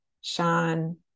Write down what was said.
Sean